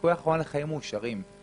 הסיכוי האחרון לחיים מאושרים.